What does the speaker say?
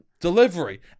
delivery